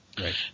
Right